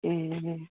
ए